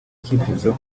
icyifuzo